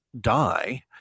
die